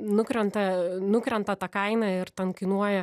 nukrenta nukrenta ta kaina ir ten kainuoja